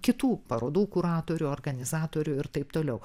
kitų parodų kuratorių organizatorių ir taip toliau